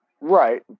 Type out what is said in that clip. Right